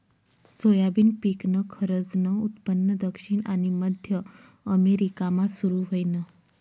soybean पिकनं खरंजनं उत्पन्न दक्षिण आनी मध्य अमेरिकामा सुरू व्हयनं